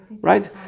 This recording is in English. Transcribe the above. right